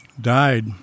died